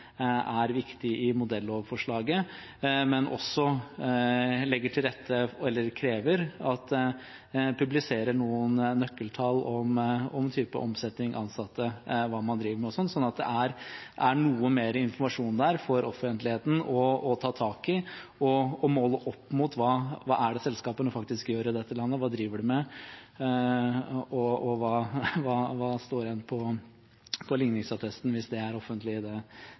er viktige i modellovforslaget, men også krever at man publiserer noen nøkkeltall om type omsetning, ansatte, hva man driver med osv., slik at det er noe mer informasjon der for offentligheten å ta tak i og måle opp mot når det gjelder hva selskapene faktisk gjør i dette landet, hva de driver de med, og hva står igjen på ligningsattesten – hvis det er offentlig i det